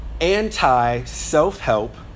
anti-self-help